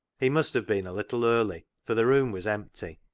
he must have been a little early, for the room was empty.